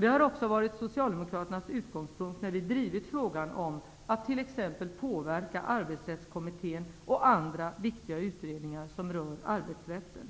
Detta är också Socialdemokraternas utgångspunkt när vi drivit frågan om att t.ex. kunna påverka Arbetsrättskommitte n och andra viktiga utredningar som rör arbetsrätten.